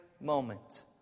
moment